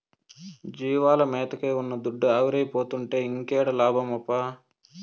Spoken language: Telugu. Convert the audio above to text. జీవాల మేతకే ఉన్న దుడ్డు ఆవిరైపోతుంటే ఇంకేడ లాభమప్పా